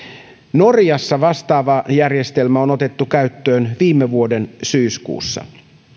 norjassa vastaava järjestelmä on otettu käyttöön viime vuoden syyskuussa